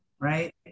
Right